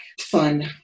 fun